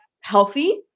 healthy